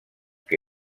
que